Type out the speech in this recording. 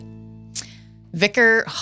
vicar